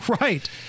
Right